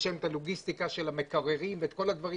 יש להם את הלוגיסטיקה של המקררים ואת כל הדברים.